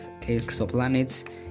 exoplanets